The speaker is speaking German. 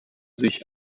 sich